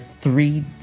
three